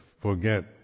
forget